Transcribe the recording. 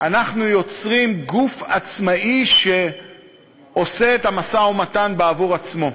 אנחנו יוצרים גוף עצמאי שעושה את המשא-ומתן בעבור עצמו,